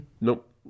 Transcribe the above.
Nope